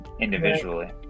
individually